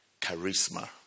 charisma